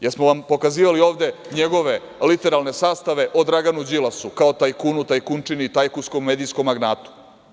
Jesmo li vam pokazivali ovde njegove literalne sastave o Draganu Đilasu kao tajkunu, tajkunčini, tajkunsko – medijskom magnatu?